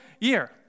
year